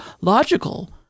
logical